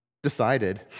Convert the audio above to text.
decided